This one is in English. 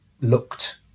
looked